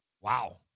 Wow